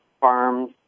farms